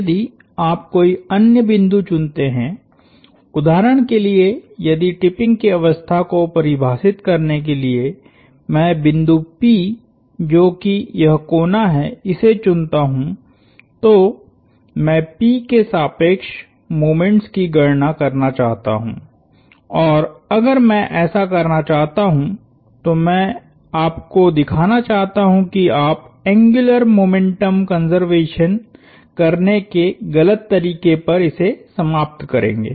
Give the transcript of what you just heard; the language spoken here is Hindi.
यदि आप कोई अन्य बिंदु चुनते हैं उदाहरण के लिए यदि टिपिंग की अवस्था को परिभाषित करने के लिए मैं बिंदु P जो कि यह कोना है इसे चुनता हूं तो मैं P के सापेक्ष मोमेंट्स की गणना करना चाहता हूं और अगर मैं ऐसा करना चाहता हूं तो मैं आपको दिखाना चाहता हूं कि आप एंग्युलर मोमेंटम कंज़र्वेशन करने के गलत तरीके पर इसे समाप्त करेंगे